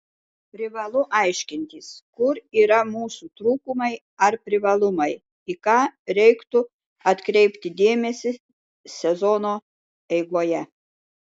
privalu aiškintis kur yra mūsų trūkumai ar privalumai į ką reiktų atkreipti dėmesį sezono eigoje